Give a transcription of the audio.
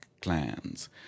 clans